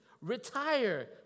retire